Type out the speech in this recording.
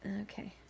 okay